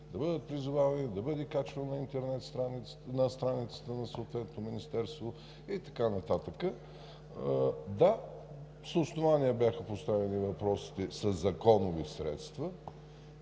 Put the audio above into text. да бъдат призовавани, да бъде качвано на страницата на съответното министерство и така нататък. Да, с основание бяха поставени въпросите със законови средства.